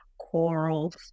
corals